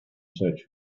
search